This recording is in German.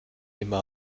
immer